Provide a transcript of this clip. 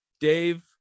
Dave